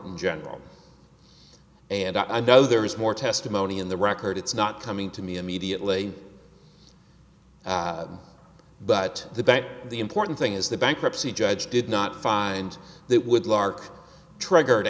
in general and i know there is more testimony in the record it's not coming to me immediately but the bank the important thing is the bankruptcy judge did not file and that would lark triggered